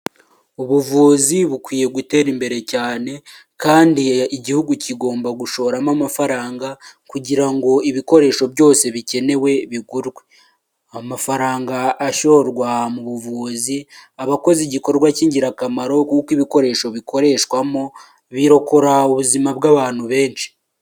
Ubuvuzi bukwiye gutera imbere cyane, kandi igihugu kigomba gushoramo amafaranga, kugira ngo ibikoresho byose bikenewe bigurwe. Amafaranga ashorwa mu buvuzi abakoze igikorwa cy'ingirakamaro, kuko ibikoresho bikoreshwamo birokora ubuzima bw'abantu benshi.